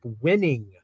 winning